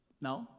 No